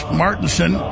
martinson